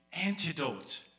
antidote